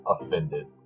offended